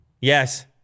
yes